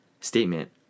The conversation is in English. statement